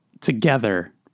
together